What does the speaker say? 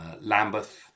Lambeth